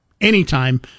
anytime